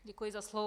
Děkuji za slovo.